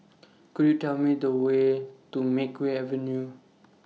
Could YOU Tell Me The Way to Makeway Avenue